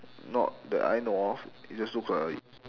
not that I know of it just looks like